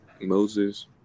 Moses